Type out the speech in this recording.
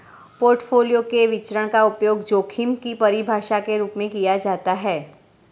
portfolio के विचरण का उपयोग जोखिम की परिभाषा के रूप में किया जाता है